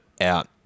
out